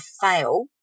fail